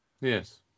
Yes